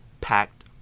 packed